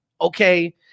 okay